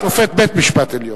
שופט בית-משפט עליון.